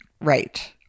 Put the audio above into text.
Right